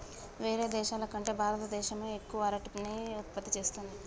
వేరే దేశాల కంటే భారత దేశమే ఎక్కువ అరటిని ఉత్పత్తి చేస్తంది